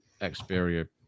Xperia